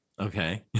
okay